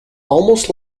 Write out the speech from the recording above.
almost